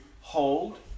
hold